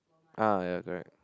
ah ya correct